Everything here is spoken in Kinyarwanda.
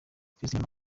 christine